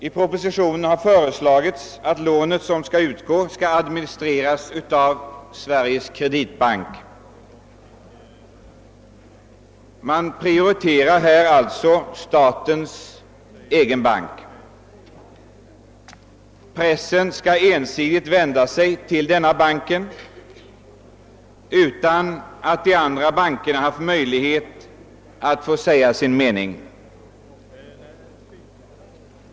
I propositionen har föreslagits att de lån som utgår skall administreras av Sveriges kreditbank. Man prioriterar alltså statens egen bank. Pressen skall ensidigt vända sig till denna utan att de andra bankerna har möjlighet att säga sin mening.